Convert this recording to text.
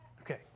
Okay